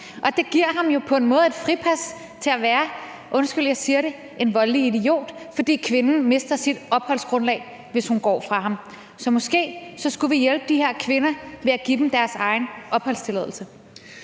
jeg siger det – en voldelig idiot, fordi kvinden mister sit opholdsgrundlag, hvis hun går fra ham. Så måske skulle vi hjælpe de her kvinder ved at give dem deres egen opholdstilladelse.